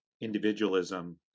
individualism